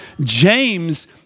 James